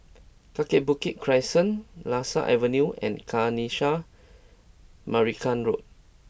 Kaki Bukit Crescent Lasia Avenue and Kanisha Marican Road